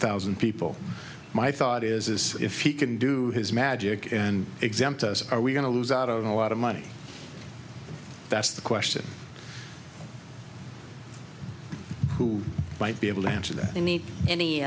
thousand people my thought is if he can do his magic and exempt us are we going to lose out on a lot of money that's the question who might be able to answer that you need any